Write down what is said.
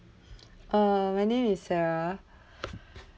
uh my name is sarah